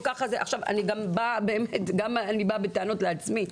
אני באה בטענות גם לעצמי,